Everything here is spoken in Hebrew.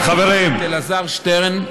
את אלעזר שטרן,